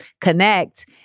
connect